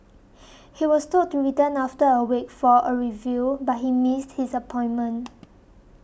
he was told to return after a week for a review but missed his appointment